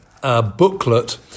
booklet